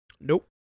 Nope